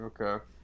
okay